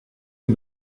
est